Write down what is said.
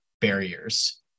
barriers